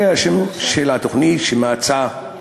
זה השם של התוכנית, שם ההצעה.